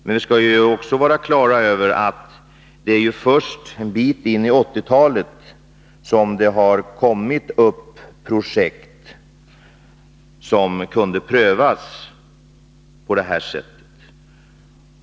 Men vi skall också vara på det klara med att först en bit in på 1980-talet har det kommit fram projekt som kunnat prövas på detta sätt.